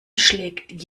schlägt